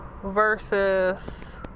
versus